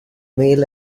male